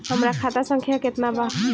हमरा खाता संख्या केतना बा?